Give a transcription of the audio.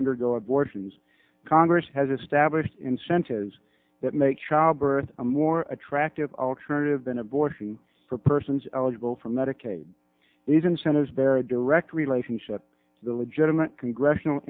undergo abortions congress has established incentives that make childbirth more attractive alternative than abortion for persons eligible for medicaid these incentives bear a direct relationship to the legitimate congressional